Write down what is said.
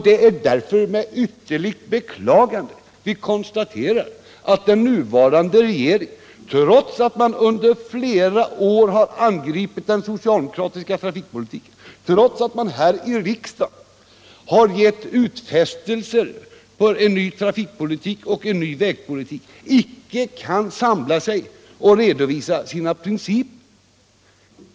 Det är därför med ytterligt beklagande vi konstaterar att den nuvarande regeringen, trots att de i den ingående partierna i flera år har angripit den socialdemokratiska trafikpolitiken, trots att de här i riksdagen har givit utfästelser om en ny trafikpolitik och en ny vägpolitik, inte kan samla sig och redovisa sina principer.